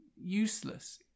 useless